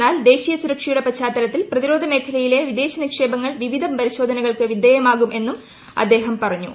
എന്നാൽ ദേശീയ സുരക്ഷയുടെ പശ്ചാത്തലത്തിൽ പ്രതിരോധ മേഖലയിലെ വിദേശ നിക്ഷേപങ്ങൾ വിവിധ പരിശോധനകൾക്ക് വിധേയമാകും എന്നും അദ്ദേഹം പറഞ്ഞു